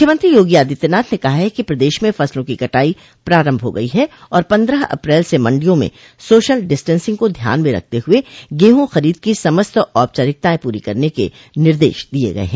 मुख्यमंत्री योगी आदित्यनाथ ने कहा है कि प्रदेश में फसलों की कटाई प्रारम्भ हो गयी है और पन्द्रह अप्रैल से मण्डियों में सोशल डिस्टेन्सिंग को ध्यान में रखते हुए गेहूॅ खरीद की समस्त औपचारिकतायें पूरी करने के निर्देश दिये गये हैं